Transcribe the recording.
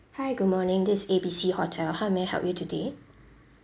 hi good morning this is A B C hotel how may I help you today